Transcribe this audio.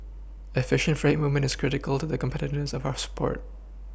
efficient freight movement is critical to the competitiveness of our sport